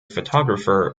photographer